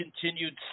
continued